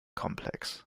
complex